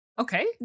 okay